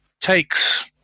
takes